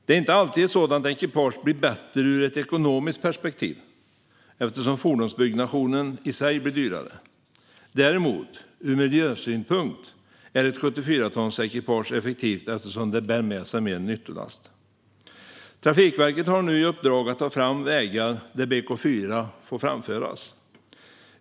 Det är inte alltid ett sådant ekipage blir bättre ur ett ekonomiskt perspektiv, eftersom fordonsbyggnationen i sig blir dyrare. Ur miljösynpunkt är däremot ett 74-tonsekipage effektivt, eftersom det bär mer nyttolast. Trafikverket har nu i uppdrag att ta fram vägar där fordon i BK4-klassen får framföras.